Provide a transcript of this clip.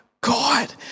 God